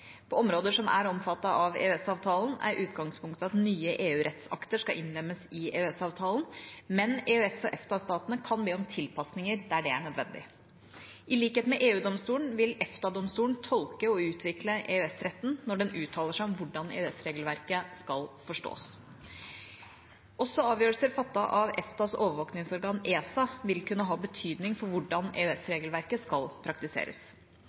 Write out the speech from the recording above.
På områder som er omfattet av EØS-avtalen, er utgangspunktet at nye EU-rettsakter skal innlemmes i EØS-avtalen, men EØS- og EFTA-statene kan be om tilpasninger der det er nødvendig. I likhet med EU-domstolen vil EFTA-domstolen tolke og utvikle EØS-retten når den uttaler seg om hvordan EØS-regelverket skal forstås. Også avgjørelser fattet av EFTAs overvåkningsorgan, ESA, vil kunne ha betydning for hvordan EØS-regelverket skal praktiseres.